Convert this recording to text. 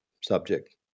subject